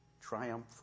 Triumph